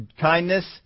kindness